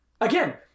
Again